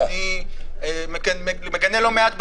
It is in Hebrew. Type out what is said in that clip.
אני מגנה לא מעט באינסטגרם,